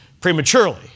prematurely